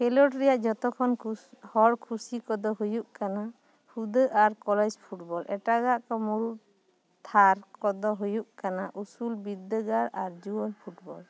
ᱠᱷᱮᱞᱳᱰ ᱨᱮᱭᱟᱜ ᱡᱚᱛᱚ ᱠᱷᱚᱱ ᱠᱩᱥ ᱦᱚᱲ ᱠᱷᱩᱥᱤ ᱠᱚᱫᱚ ᱦᱩᱭᱩᱜ ᱠᱟᱱᱟ ᱦᱩᱫᱟᱹ ᱟᱨ ᱠᱚᱞᱮᱡᱽ ᱯᱷᱩᱴᱵᱚᱞ ᱮᱴᱟᱜᱟᱜ ᱠᱚ ᱢᱩᱲᱩᱫ ᱛᱷᱟᱨ ᱠᱚᱫᱚ ᱦᱩᱭᱩᱜ ᱠᱟᱱᱟ ᱩᱥᱩᱞ ᱵᱤᱫᱽᱫᱟᱹᱜᱟᱲ ᱟᱨ ᱡᱩᱣᱟᱹᱱ ᱯᱷᱩᱴᱵᱚᱞ